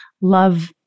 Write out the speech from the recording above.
love